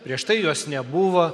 prieš tai jos nebuvo